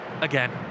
again